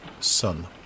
son